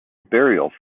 burial